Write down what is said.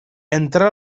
entre